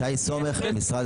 שי סומך, משרד